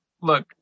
look